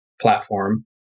platform